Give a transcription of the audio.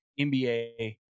NBA